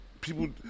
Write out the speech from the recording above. people